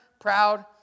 proud